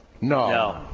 No